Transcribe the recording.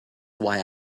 why